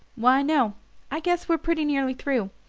why, no i guess we're pretty nearly through.